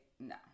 No